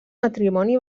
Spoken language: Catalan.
matrimoni